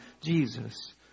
Jesus